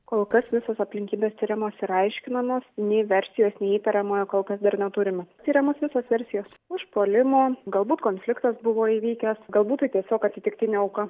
kol kas visos aplinkybės tiriamos ir aiškinamos nei versijos nei įtariamojo kol kas dar neturime tiriamos visos versijos užpuolimo galbūt konfliktas buvo įvykęs galbūt tai tiesiog atsitiktinė auka